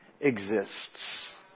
exists